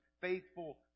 faithful